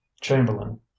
Chamberlain